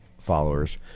followers